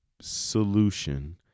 solution